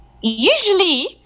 Usually